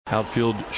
Outfield